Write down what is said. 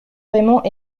raymond